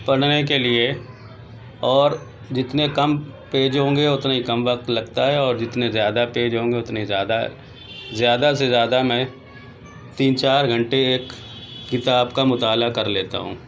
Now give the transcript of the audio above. پڑھنے کے لیے اور جتنے کم پیج ہوں گے اتنا ہی کم وقت لگتا ہے اور جتنے زیادہ پیج ہوں گے اتنا ہی زیادہ زیادہ سے زیادہ میں تین چار گھنٹے ایک کتاب کا مطالعہ کر لیتا ہوں